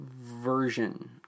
version